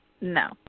No